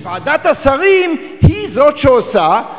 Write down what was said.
שוועדת השרים היא שעושה,